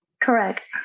Correct